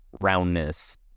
roundness